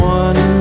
one